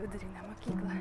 vidurinę mokyklą